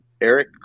Eric